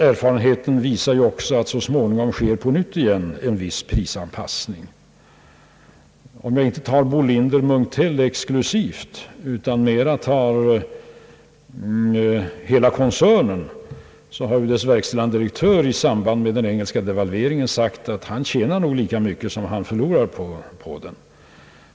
Erfarenheten visar också att det så småningom på nytt sker en viss prisanpassning. För att inte ta Bolinder-Munktell exklusivt utan mera hela koncernen, så har dess verkställande direktör i samband med den engelska devalveringen uttalat att han nog tjänar lika mycket pengar som han förlorar på den.